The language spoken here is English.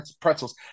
pretzels